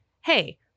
hey